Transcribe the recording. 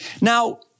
Now